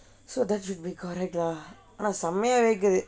so that should be correct lah ஆனால் செம்மையா வேர்க்குது:aanaal semmaiyaa verkkuthu